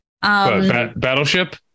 Battleship